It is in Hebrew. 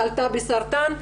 חלתה בסרטן,